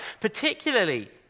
Particularly